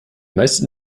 meisten